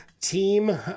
team